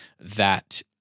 that-